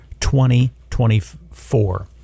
2024